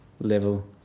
level